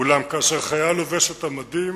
אולם כאשר חייל לובש את המדים